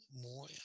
more